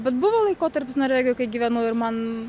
bet buvo laikotarpis norvegijoj kai gyvenau ir man